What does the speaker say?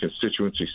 constituency